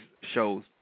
shows